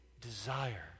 desire